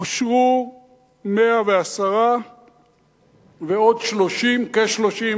אושרו 110 ועוד כ-30,